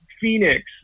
Phoenix